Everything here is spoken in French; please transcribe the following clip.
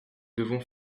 devons